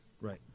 Right